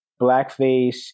blackface